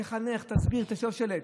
תחנך, תסביר, תציב שלט.